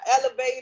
elevator